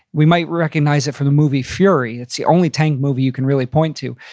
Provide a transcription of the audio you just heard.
we might recognize it from the movie fury. it's the only tank movie you can really point to.